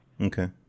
Okay